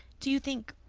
do you think.